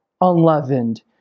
unleavened